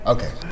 Okay